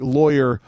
lawyer